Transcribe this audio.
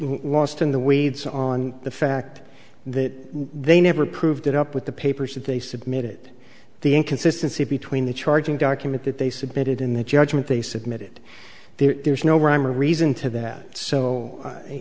lost in the weeds on the fact that they never proved it up with the papers that they submitted the inconsistency between the charging document that they submitted in the judgment they submitted there's no rhyme or reason to that so i